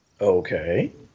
Okay